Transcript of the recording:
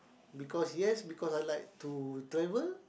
because yes because I like to travel